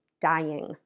dying